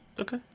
Okay